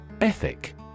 Ethic